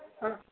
ಹಾಂ